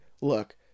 look